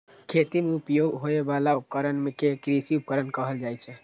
खेती मे उपयोग होइ बला उपकरण कें कृषि उपकरण कहल जाइ छै